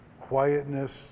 quietness